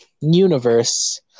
universe